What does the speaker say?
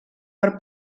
per